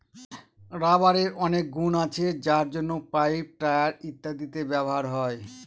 রাবারের অনেক গুন আছে যার জন্য পাইপ, টায়ার ইত্যাদিতে ব্যবহার হয়